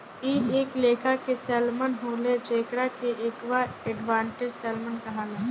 इ एक लेखा के सैल्मन होले जेकरा के एक्वा एडवांटेज सैल्मन कहाला